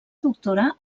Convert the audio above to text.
doctorar